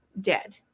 dead